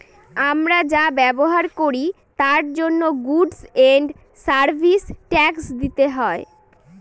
আমরা যা ব্যবহার করি তার জন্য গুডস এন্ড সার্ভিস ট্যাক্স দিতে হয়